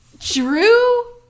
Drew